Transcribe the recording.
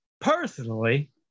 personally